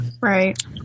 Right